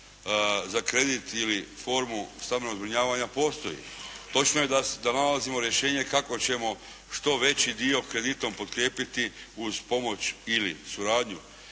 za kredit ili formu stambenog zbrinjavanja postoji. Točno je da nalazimo rješenje kako ćemo što veći dio kreditom potkrijepiti uz pomoć ili suradnju